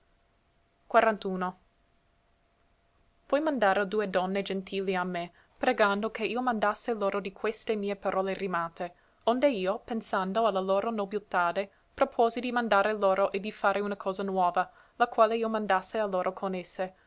pianto oi mandaro due donne gentili a me pregando che io mandasse loro di queste mie parole rimate onde io pensando la loro nobilitade propuosi di mandare loro e di fare una cosa nuova la quale io mandasse a loro con esse